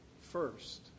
first